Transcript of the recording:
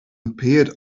appeared